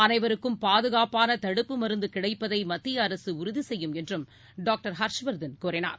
அனைவருக்கும் பாதுகாப்பானதடுப்பு மருந்துகிடைப்பதைமத்தியஅரசுஉறுதிசெய்யும் என்றும் டாக்டர் ஹர்ஷ்வர்தன் கூறினார்